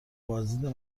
بازدید